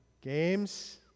Games